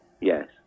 Yes